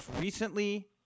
recently